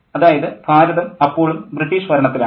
അതായത് ഭാരതം അപ്പോഴും ബ്രിട്ടീഷ് ഭരണത്തിലാണ്